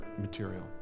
material